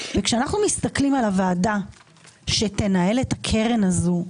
כשאנחנו מסתכלים על הוועדה שתנהל את הקרן הזו,